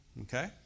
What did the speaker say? Okay